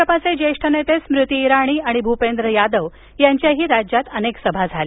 भाजपचे ज्येष्ठ नेते स्मृती इराणी आणि भूपेंद्र यादव यांच्याही राज्यात अनेक सभा झाल्या